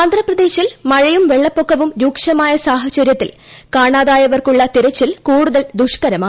ആന്ധ്രാപ്രദേശിൽ മഴയും വെളളപ്പൊക്കവും രൂക്ഷമായ സാഹചര്യത്തിൽ കാണാതായവർക്കുള്ള തെരച്ചിൽ കൂടുതൽ ദുഷ്ക്കരമായി